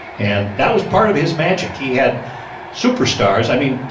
and that was part of his magic. he had superstars, i mean,